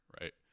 right